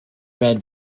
red